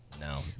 No